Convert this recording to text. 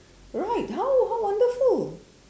right how how wonderful